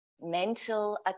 mental